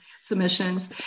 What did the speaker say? submissions